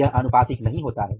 यह आनुपातिक नहीं है